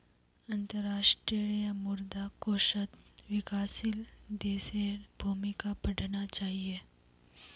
अंतर्राष्ट्रीय मुद्रा कोषत विकासशील देशेर भूमिका पढ़ना चाहिए